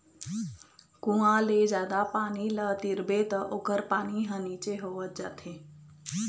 कुँआ ले जादा पानी ल तिरबे त ओखर पानी ह नीचे होवत जाथे